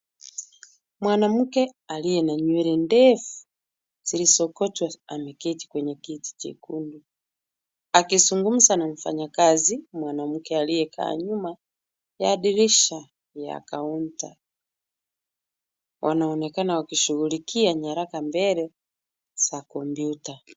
Mwanamke aliye na nywele ndefu zilizosokotwa ameketi kwenye kiti chekundu, akizungumza na mfanyakazi mwanamke aliyekaa nyuma ya dirisha ya kaunta. Wanaonekana wakishughulikia nyaraka mbele za kompyuta.